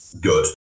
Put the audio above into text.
good